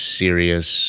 serious